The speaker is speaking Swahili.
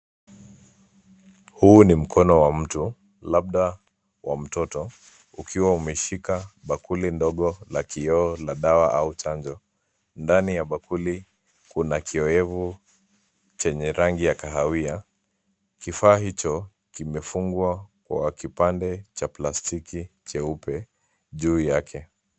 Huu ni mkono wa mtu, labda mtoto ukiwa umeshika bakuli ndogo la kioo la dawa au chanjo . Ndani ya bakuli kuna kiowevu chenye rangi ya kahawia. Kifaa hicho kimefungwa kwa kipande cha plastiki cheupe juu yake.